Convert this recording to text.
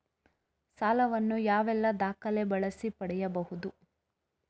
ಸಾಲ ವನ್ನು ಯಾವೆಲ್ಲ ದಾಖಲೆ ಬಳಸಿ ಪಡೆಯಬಹುದು?